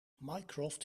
mycroft